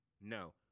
No